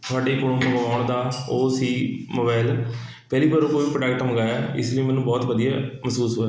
ਤੁਹਾਡੇ ਕੋਲੋਂ ਮੰਗਵਾਉਣ ਦਾ ਉਹ ਸੀ ਮੋਬਾਇਲ ਪਹਿਲੀ ਵਾਰ ਕੋਈ ਪ੍ਰੋਡਕਟ ਮੰਗਵਾਇਆ ਇਸ ਲਈ ਮੈਨੂੰ ਬਹੁਤ ਵਧੀਆ ਮਹਿਸੂਸ